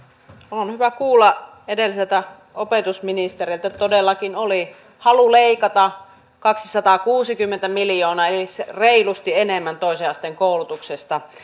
on hyvä kuulla edelliseltä opetusministeriltä että todellakin oli halu leikata kaksisataakuusikymmentä miljoonaa eli reilusti enemmän toisen asteen koulutuksesta